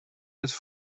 eens